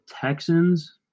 Texans